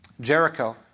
Jericho